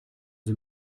sie